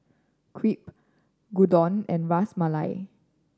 Crepe Gyudon and Ras Malai